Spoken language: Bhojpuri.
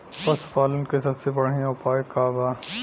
पशु पालन के सबसे बढ़ियां उपाय का बा?